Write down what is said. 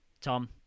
Tom